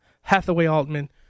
Hathaway-Altman